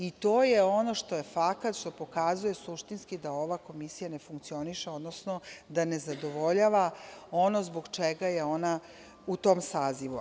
I to je ono što je fakat, što pokazuje suštinski da ova komisija ne funkcioniše, odnosno da ne zadovoljava ono zbog čega je ona u tom sazivu.